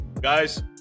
Guys